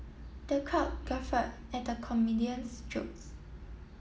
the crowd guffaw at the comedian's jokes